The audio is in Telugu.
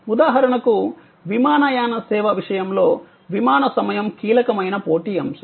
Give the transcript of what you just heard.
ఉదాహరణకు విమానయాన సేవ విషయంలో విమాన సమయం కీలకమైన పోటీ అంశం